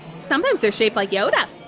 sometimes they're shaped like yoda!